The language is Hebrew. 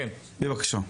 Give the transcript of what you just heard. בבקשה.